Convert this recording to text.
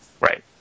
Right